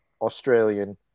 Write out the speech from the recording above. Australian